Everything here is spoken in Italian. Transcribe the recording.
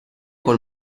col